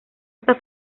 está